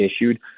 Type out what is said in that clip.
issued